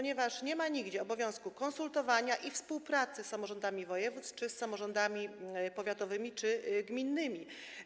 Nie ma nigdzie obowiązku konsultowania i współpracy z samorządami województw czy z samorządami powiatowymi czy gminnymi.